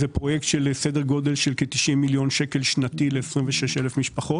זה פרויקט בסדר גודל של כ-90 מיליון שקל שנתי ל-26,000 משפחות.